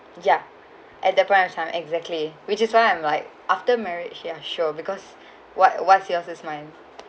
ya at that branch ah exactly which is why I am like after marriage ya sure because what what's yours is mine